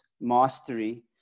mastery